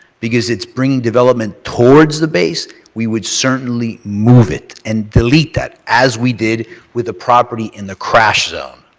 because it's bringing development toward the base, we would certainly move it and delete that, as we did with a property in the crash zone.